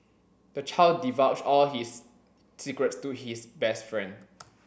the child divulge all his secrets to his best friend